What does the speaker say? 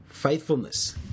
Faithfulness